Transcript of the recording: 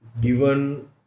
given